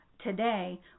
today